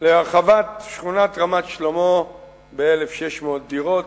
להרחבת שכונת רמת-שלמה ב-1,600 דירות.